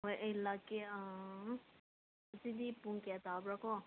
ꯍꯣꯏ ꯑꯩ ꯂꯥꯛꯀꯦ ꯍꯧꯖꯤꯛꯇꯤ ꯄꯨꯡ ꯀꯌꯥ ꯇꯥꯕ꯭ꯔ ꯀꯣ